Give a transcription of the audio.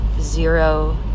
zero